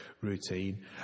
routine